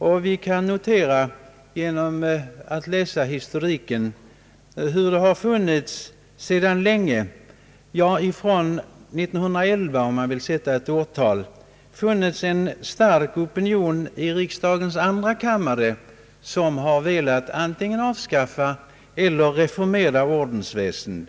Från historiken kan vi notera hur det ända sedan år 1911 har funnits en stark opinion i riksdagens andra kammare som antingen velat avskaffa eller reformera ordensväsendet.